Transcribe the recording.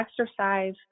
exercise